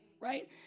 right